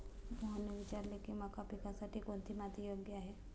मोहनने विचारले की मका पिकासाठी कोणती माती योग्य आहे?